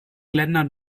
ländern